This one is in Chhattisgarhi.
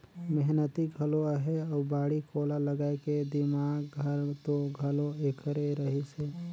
मेहनती घलो अहे अउ बाड़ी कोला लगाए के दिमाक हर तो घलो ऐखरे रहिस हे